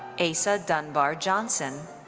asa dunbar johnson.